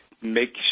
Make